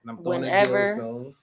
whenever